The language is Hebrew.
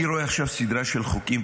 אני רואה עכשיו סדרה של חוקים,